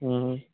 മ്മ് മ്മ്